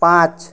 পাঁচ